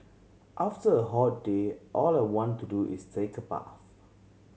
after a hot day all I want to do is take a bath